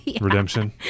redemption